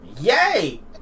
yay